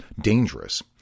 dangerous